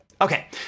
Okay